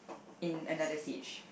in another stage